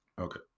okay